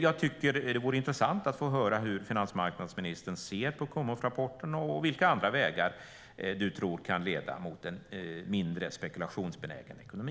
Det vore intressant att höra hur finansmarknadsministern ser på Kumhofrapporten och vilka andra vägar han tror kan leda mot en mindre spekulationsbenägen ekonomi.